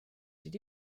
did